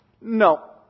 No